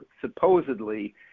supposedly